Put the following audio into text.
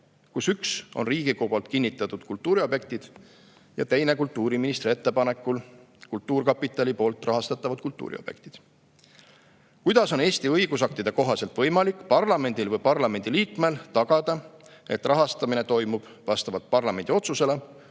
kus üks on Riigikogu poolt kinnitatud kultuuriobjektid, ja teine kultuuriministri ettepanekul kultuurkapitali poolt rahastatavad kultuuriobjektid. Kuidas on Eesti õigusaktide kohaselt võimalik parlamendil või parlamendi liikmel tagada, et rahastamine toimub vastavalt parlamendi otsusele